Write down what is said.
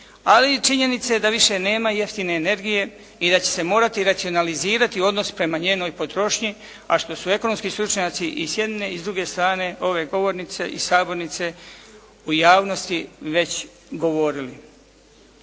i činjenice da više nema jeftine energije i da će se morati racionalizirati odnos prema njenoj potrošnje a što su ekonomski stručnjaci i sa jedne i s druge strane ove govornice i sabornice u javnosti već govorili.